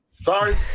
Sorry